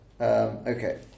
Okay